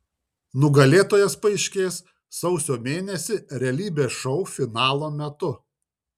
nugalėtojas paaiškės sausio mėnesį realybės šou finalo metu